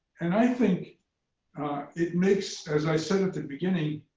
and i think it makes, as i said at the beginning,